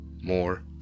more